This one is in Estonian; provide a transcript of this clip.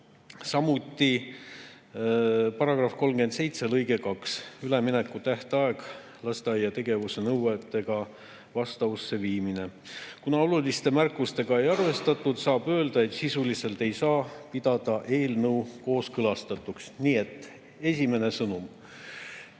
samuti § [38] lõike 2 – ülemineku tähtaeg, lasteaia tegevuse nõuetega vastavusse viimine. Kuna oluliste märkustega ei arvestatud, saab öelda, et sisuliselt ei saa pidada eelnõu kooskõlastatuks. Nii et esimene sõnum: